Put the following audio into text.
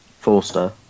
Forster